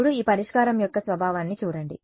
ఇప్పుడు ఈ పరిష్కారం యొక్క స్వభావాన్ని చూడండి